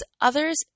others